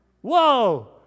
Whoa